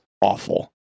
awful